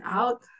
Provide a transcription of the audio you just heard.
out